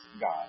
God